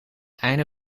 einde